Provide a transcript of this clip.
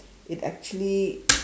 it actually